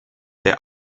der